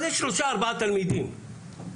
אבל יש שלושה-ארבעה תלמידים,